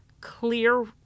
clear